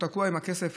הוא תקוע עם הכסף,